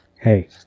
hey